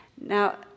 Now